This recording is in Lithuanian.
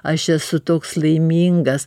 aš esu toks laimingas